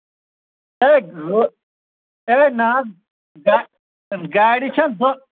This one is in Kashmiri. ہے نہ حظ گاڑِ چھےٚ زٕ